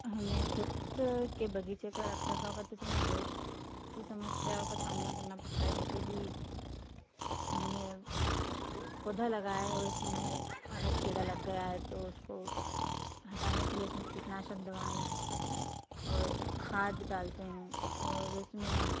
हमें खुद के बगीचे का रक्षा करते समय बहुत सी समस्याओं का सामना करना पड़ता है जैसे कि हमने पौधा लगाया है उसमें मतलब कि कीड़ा लग गया है तो उसको हटाने के लिए इसमें कीटनाशक दवाई और खाद्य डालते हैं और उसमें